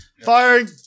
Firing